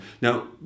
Now